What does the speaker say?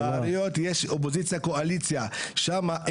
אבל בעיריות יש אופוזיציה וקואליציה --- לא,